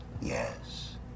Yes